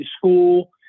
school